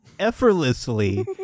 effortlessly